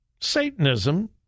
Satanism